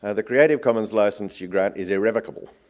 ah the creative commons licence you grant is irrevocable.